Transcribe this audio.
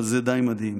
אבל זה די מדהים.